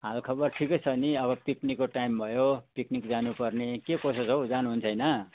हालखबर ठिकै छ नि अब पिकनिकको टाइम भयो पिकनिक जानुपर्ने के कसो छ हौ जानुहुन्छ होइन